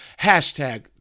Hashtag